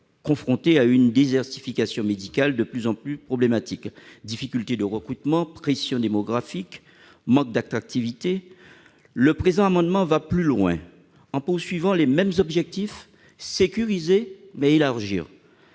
confrontés à une désertification médicale de plus en plus problématique : difficultés de recrutement, pression démographique, manque d'attractivité. Avec le présent amendement, nous allons plus loin tout en visant les mêmes objectifs : sécuriser et élargir.